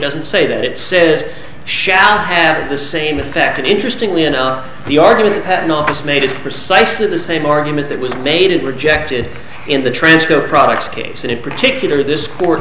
doesn't say that it says shall have the same effect and interestingly enough the argument that office made is precisely the same argument that was made and rejected in the transco products case and in particular this